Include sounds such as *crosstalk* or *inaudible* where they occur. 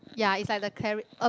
ya is like a clari~ *noise*